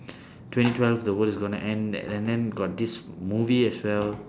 twenty twelve the world is going to end and then got this movie as well